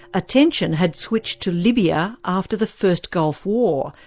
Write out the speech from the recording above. attention had switched to libya after the first gulf war,